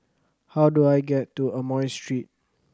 how do I get to Amoy Street